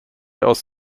aus